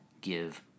give